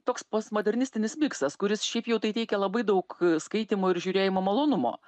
toks postmodernistinis miksas kuris šiaip jau tai teikia labai daug skaitymo ir žiūrėjimo malonumo